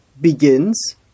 begins